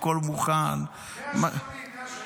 הכול מוכן --- 180,000.